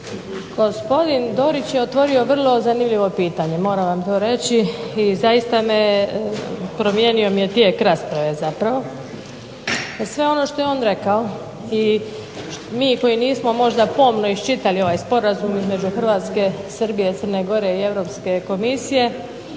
Gospodin Dorić je otvorio vrlo zanimljivo pitanje, moram vam to reći, i zaista me, promijenio mi je tijek rasprave zapravo. Jer sve ono što je on rekao i mi koji nismo možda pomno iščitali ovaj Sporazum između Hrvatske, Srbije, Crne Gore i Europske komisije